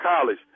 college